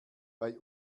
bei